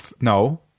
No